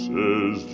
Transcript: Says